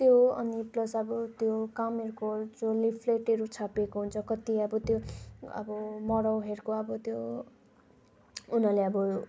त्यो अनि प्लस अब त्यो कामहरूको जो लिफलेटहरू छापेको हुन्छ कति अब त्यो अब मराउहरूको अब त्यो उनीहरूले अब